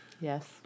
Yes